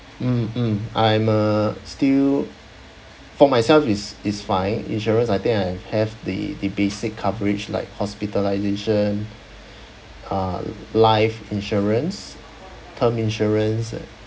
mm mm I'm uh still for myself is is fine insurance I think I have the the basic coverage like hospitalisation uh life insurance term insurance